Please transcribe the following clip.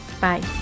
Bye